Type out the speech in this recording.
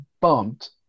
bumped